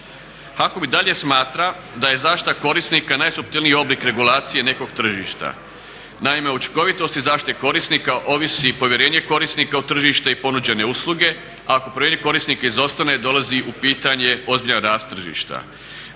HAKOM i dalje smatra da je zaštita korisnika najsuptilniji oblik regulacije nekog tržišta. naime, učinkovitost i zaštita korisnika ovisi povjerenje korisnika u tržište i ponuđene usluge, ako povjerenje korisnika izostane dolazi u pitanje ozbiljan rast tržišta.